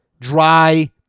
dry